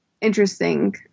interesting